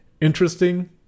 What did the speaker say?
interesting